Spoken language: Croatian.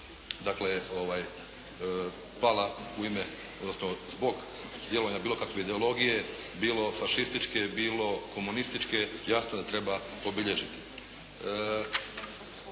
dakle pala u ime, odnosno zbog djelovanja bilo kakve ideologije – bilo fašističke, bilo komunističke, jasno je da treba obilježiti.